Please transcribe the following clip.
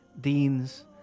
deans